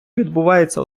відбувається